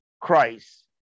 Christ